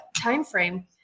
timeframe